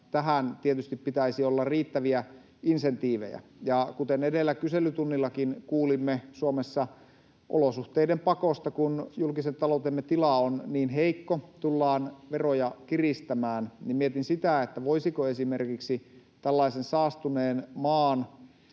tähän tietysti pitäisi olla riittäviä insentiivejä. Ja kuten edellä kyselytunnillakin kuulimme, Suomessa olosuhteiden pakosta tullaan veroja kiristämään, kun julkisen taloutemme tila on niin heikko, niin mietin sitä, että voisiko esimerkiksi tällaisen saastuneen maan